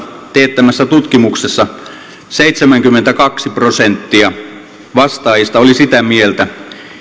teettämässä tutkimuksessa seitsemänkymmentäkaksi prosenttia vastaajista oli sitä mieltä